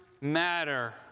matter